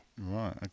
Right